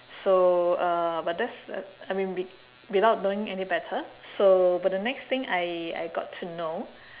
so uh but that's that I mean wi~ without knowing any better so but the next thing I I got to know